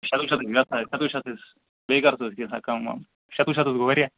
شَتوُہ شیٚتھ حظ نہَ حظ شَتوُہ شیٚتھ حظ بیٚیہِ کَرُس حظ کیںٛژھا کَم وَم شَتوُہ شیٚتھ حظ گوٚو واریاہ